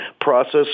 process